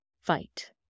fight